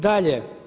Dalje.